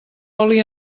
oli